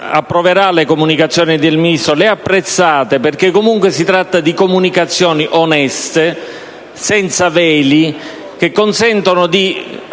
approverà le comunicazioni del Ministro: le ha apprezzate perché comunque si tratta di comunicazioni oneste, senza veli, che consentono un